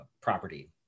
property